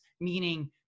meaning